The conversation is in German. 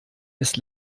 ist